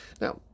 Now